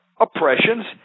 oppressions